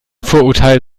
vorurteil